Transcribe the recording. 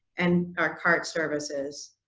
and our cart services.